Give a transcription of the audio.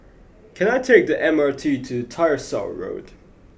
can I take the M R T to Tyersall Road